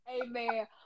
Amen